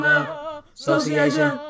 association